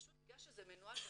פשוט בגלל שזה מנוהל במח"ש,